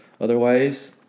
Otherwise